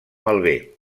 malbé